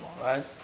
right